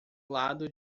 lado